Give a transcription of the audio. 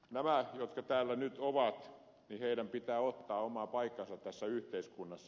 näiden jotka täällä nyt ovat pitää ottaa oma paikkansa tässä yhteiskunnassa